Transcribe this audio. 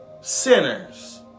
sinners